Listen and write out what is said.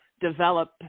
Develop